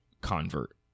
convert